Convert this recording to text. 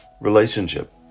relationship